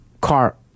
car